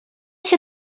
się